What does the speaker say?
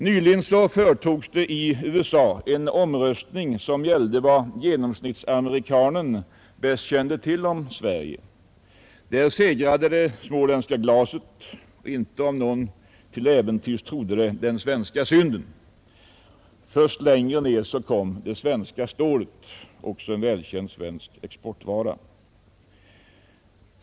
Nyligen företogs i USA en omröstning som gällde vad genomsnittsamerikanen bäst kände till om Sverige. Där segrade det småländska glaset — inte, om någon till äventyrs trodde det, den svenska synden. Först längre ned kom det svenska stålet, som också är en välkänd svensk exportvara.